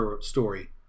story